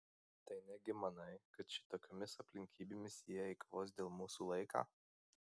tai negi manai kad šitokiomis aplinkybėmis jie eikvos dėl mūsų laiką